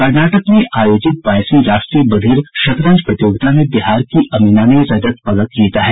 कर्नाटक में आयोजित बाईसवीं राष्ट्रीय बधिर शतरंज प्रतियोगिता में बिहार की अमीना ने रजत पदक जीता है